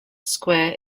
square